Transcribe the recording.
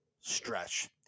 stretch